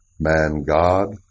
Man-God